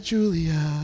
Julia